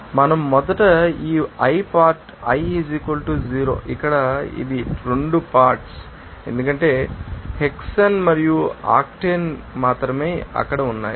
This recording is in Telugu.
కాబట్టి మనం మొదట ఈ i పార్ట్ i 0 ఇక్కడ ఇది 2 పార్ట్శ్ ు ఎందుకంటే హెక్సేన్ మరియు ఆక్టేన్ మాత్రమే అక్కడ ఉన్నాయి